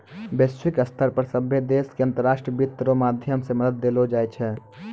वैश्विक स्तर पर सभ्भे देशो के अन्तर्राष्ट्रीय वित्त रो माध्यम से मदद देलो जाय छै